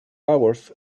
hours